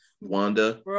wanda